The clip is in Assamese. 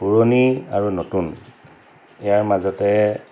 পুৰণি আৰু নতুন ইয়াৰ মাজতে